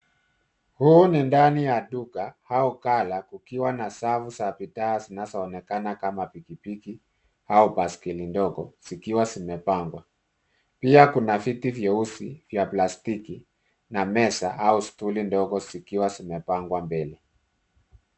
Huu ni ndani ya duka au ghala kukiwa na safu za bidhaa zinazoonekana kama pikipiki au baiskeli ndogo zikiwa zimepangwa. Pia kuna viti vyeusi vya plastiki na meza au stuli ndogo zikiwa zimepangwa mbele.